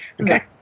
Okay